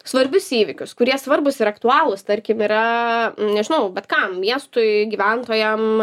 svarbius įvykius kurie svarbūs ir aktualūs tarkim yra nežinau bet kam miestui gyventojam